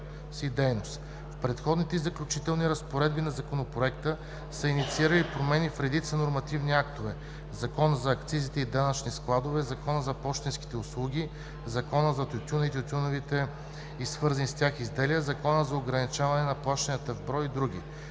В Преходните и заключителните разпоредби на Законопроекта са инициирани промени в редица нормативни актове – Закона за акцизите и данъчните складове, Закона за пощенските услуги, Закона за тютюна, тютюневите и свързаните с тях изделия, Закона за ограничаване на плащанията в брой и др.